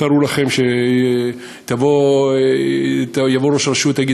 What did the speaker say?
תארו לכם שיבוא ראש רשות ויגיד,